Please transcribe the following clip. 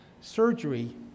surgery